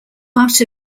art